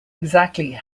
exactly